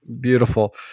Beautiful